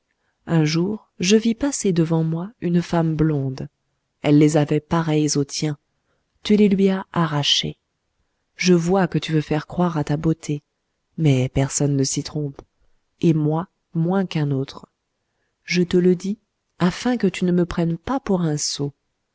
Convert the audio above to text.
un jour je vis passer devant moi une femme blonde elle les avait pareils aux tiens tu les lui as arrachés je vois que tu veux faire croire à ta beauté mais personne ne s'y trompe et moi moins qu'un autre je te le dis afin que tu ne me prennes pas pour un sot